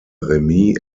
remis